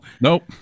Nope